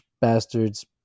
bastards